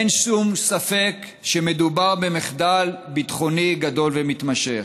אין שום ספק שמדובר במחדל ביטחוני גדול ומתמשך,